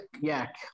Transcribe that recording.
yak